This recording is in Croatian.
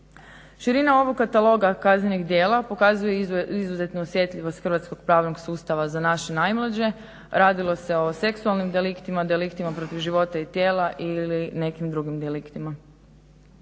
Širina ovog kataloga kaznenih djela pokazuje izuzetnu osjetljivost hrvatskog pravnog sustava za naše najmlađe, radilo se o seksualnim deliktima, deliktima protiv života i tijela ili nekim drugim deliktima.